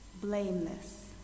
blameless